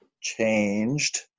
changed